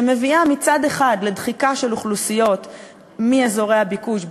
שמביאה מצד אחד לדחיקה של אוכלוסיות מאזורי הביקוש,